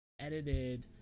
Edited